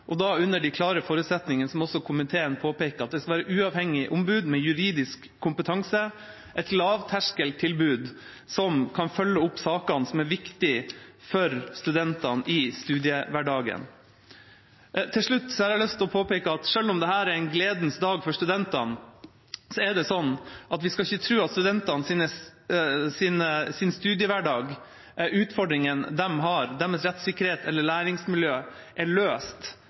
og da under de klare forutsetninger – som også komiteen påpekte – at det skal være uavhengig ombud med juridisk kompetanse, et lavterskeltilbud som kan følge opp sakene som er viktige for studentene i studiehverdagen. Til slutt har jeg lyst til å påpeke at selv om dette er en gledens dag for studentene, skal vi ikke tro at studentenes studiehverdag, utfordringene de har, deres rettssikkerhet eller læringsmiljø er løst